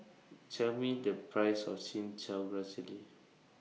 Tell Me The Price of Chin Chow Grass Jelly